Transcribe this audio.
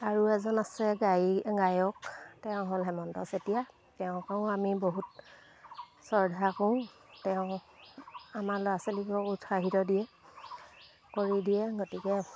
আৰু এজন আছে গায়ক তেওঁ হ'ল হেমন্ত চেতিয়া তেওঁকো আমি বহুত শ্ৰদ্ধা কৰোঁ তেওঁ আমাৰ ল'ৰা ছোৱালীবোৰক উৎসাহিত দিয়ে কৰি দিয়ে গতিকে